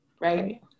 right